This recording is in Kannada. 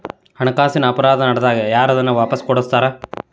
ಹಣಕಾಸಿನ್ ಅಪರಾಧಾ ನಡ್ದಾಗ ಯಾರ್ ಅದನ್ನ ವಾಪಸ್ ಕೊಡಸ್ತಾರ?